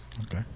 Okay